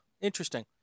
Interesting